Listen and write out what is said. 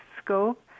scope